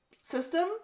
system